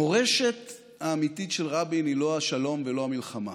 המורשת האמיתית של רבין היא לא השלום ולא המלחמה.